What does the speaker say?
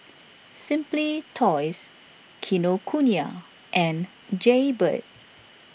Simply Toys Kinokuniya and Jaybird